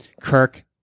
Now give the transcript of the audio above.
Kirk